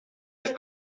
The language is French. les